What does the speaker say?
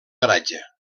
garatge